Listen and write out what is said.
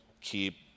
keep